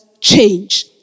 change